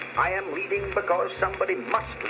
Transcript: i am leading because somebody must